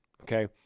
Okay